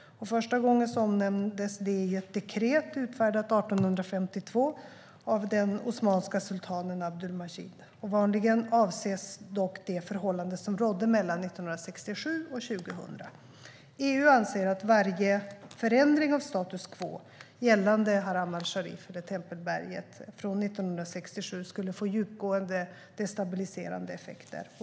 Första gången omnämndes detta i ett dekret utfärdat 1852 av den osmanska sultanen Abdülmecid. Vanligen avses dock det förhållande som rådde mellan 1967 och 2000. EU anser att varje förändring av status quo gällande Haram-al-Sharif, eller tempelberget, från 1967 skulle få djupgående, destabiliserande effekter.